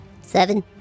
Seven